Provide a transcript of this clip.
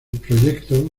proyecto